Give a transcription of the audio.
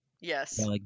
Yes